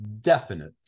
definite